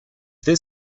this